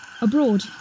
abroad